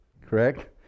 correct